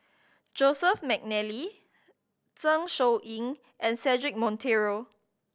Joseph McNally Zeng Shouyin and Cedric Monteiro